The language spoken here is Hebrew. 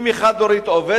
אם היא חד-הורית עובדת,